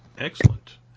Excellent